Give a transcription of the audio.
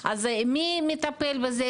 אז מי מטפל בזה?